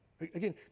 Again